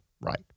right